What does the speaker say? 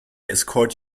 escort